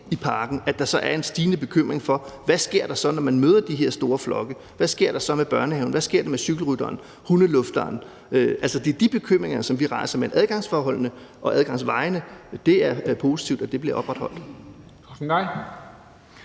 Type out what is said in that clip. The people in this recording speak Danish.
i parken. Her er der en stigende bekymring for, hvad der sker, når man møder de her store flokke. Hvad sker der med børnene fra børnehaven? Hvad sker der med cykelrytteren og hundelufteren? Det er de bekymringer, vi rejser. Men med hensyn til adgangsforholdene og adgangsvejene er det positivt, at de bliver opretholdt.